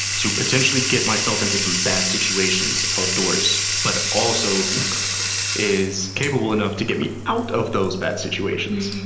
to potentially get myself into some bad situations outdoors, but also is capable enough to get me out of those bad situations.